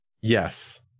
yes